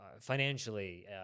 financially